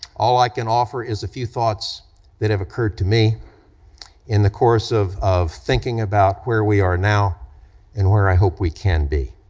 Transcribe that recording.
all i can offer is a few thoughts that have occurred to me in the course of of thinking about where we are now and where i hope we can be.